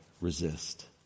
resist